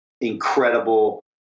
incredible